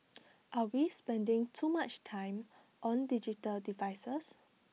are we spending too much time on digital devices